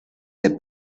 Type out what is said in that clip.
del